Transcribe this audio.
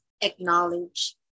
acknowledge